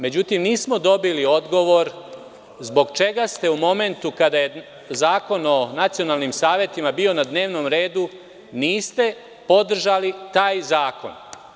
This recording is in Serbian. Međutim, nismo dobili odgovor zbog čega u momentu kada je Zakon o nacionalnim savetima bio na dnevnom redu, niste podržali taj zakon?